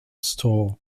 store